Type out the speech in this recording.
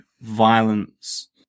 violence